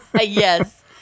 Yes